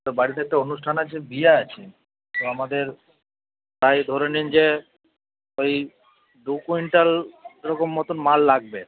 তো বাড়িতে একটা অনুষ্ঠান আছে বিয়ে আছে তো আমাদের প্রায় ধরে নিন যে ওই দু কুইন্টাল ওরকম মতো মাল লাগবে